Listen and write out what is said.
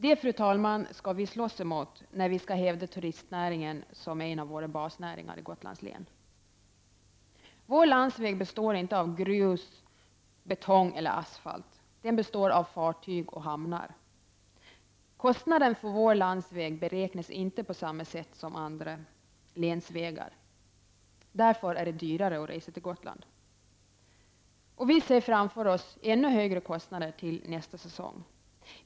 Det, fru talman, skall vi slåss emot när vi skall hävda turistnäringen som en av våra basnäringar i Gotlands län. Vår landsväg består inte av grus, betong eller asfalt. Den består av fartyg och hamnar. Kostnaden för vår landsväg beräknas inte på samma sätt som kostnaden för andra länsvägar. Därför är det dyrare att resa till Gotland. Vi ser framför oss ännu högre kostnader nästa säsong.